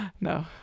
No